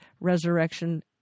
resurrection